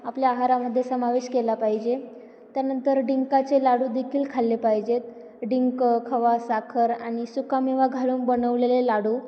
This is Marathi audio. आपल्या आहारामध्ये समावेश केला पाहिजे त्यानंतर डिंकाचे लाडू देखील खाल्ले पाहिजेत डिंक खवा साखर आणि सुकामेवा घालून बनवलेले लाडू